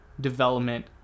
development